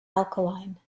alkaline